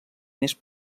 més